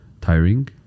tiring